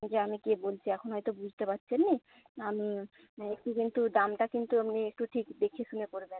যে আমি কে বলছি এখন হয়তো বুঝতে পারছেন না আমি একটু কিন্তু দামটা কিন্তু আপনি একটু ঠিক দেখে শুনে করবেন